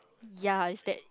ya is that